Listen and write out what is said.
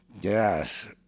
yes